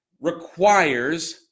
requires